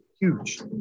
huge